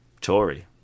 Tory